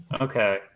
Okay